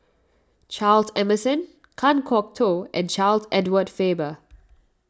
Charles Emmerson Kan Kwok Toh and Charles Edward Faber